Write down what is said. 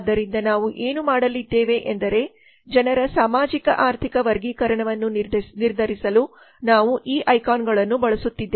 ಆದ್ದರಿಂದ ನಾವು ಏನು ಮಾಡಲಿದ್ದೇವೆ ಎಂದರೆ ಜನರ ಸಾಮಾಜಿಕ ಆರ್ಥಿಕ ವರ್ಗೀಕರಣವನ್ನು ನಿರ್ಧರಿಸಲು ನಾವು ಈ ಐಕಾನ್ಗಳನ್ನು ಬಳಸುತ್ತಿದ್ದೇವೆ